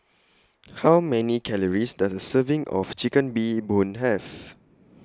How Many Calories Does A Serving of Chicken Bee Boon Have